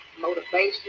motivation